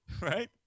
Right